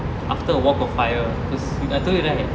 after a walk of fire cause I told you right